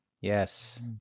yes